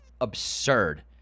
absurd